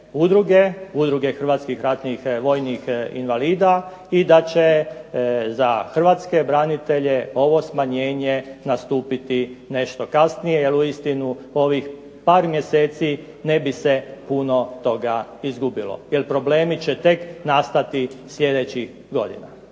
Udruge hrvatskih ratnih vojnih invalida i da će za hrvatske branitelje ovo smanjenje nastupiti nešto kasnije. Jer uistinu ovih par mjeseci ne bi se puno toga izgubilo, jer problemi će tek nastati sljedećih godina.